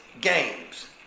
games